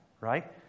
right